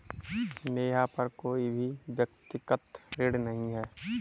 नेहा पर कोई भी व्यक्तिक ऋण नहीं है